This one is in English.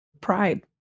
pride